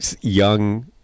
young